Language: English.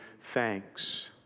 thanks